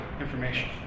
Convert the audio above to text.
information